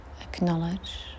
Acknowledge